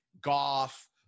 Goff